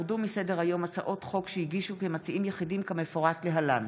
הורדו מסדר-היום הצעות חוק שהגישו כמציעים יחידים כמפורט להלן: